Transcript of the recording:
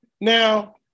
Now